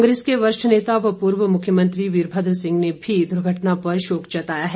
कांग्रेस के वरिष्ठ नेता व पूर्व मुख्यमंत्री वीरभद्र सिंह ने भी दुर्घटना पर शोक जताया है